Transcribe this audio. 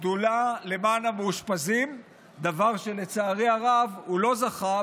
שדולה למען המאושפזים דבר שלצערי הרב הוא לא זכה,